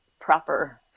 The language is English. proper